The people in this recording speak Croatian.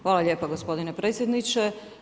Hvala lijepa gospodine predsjedniče.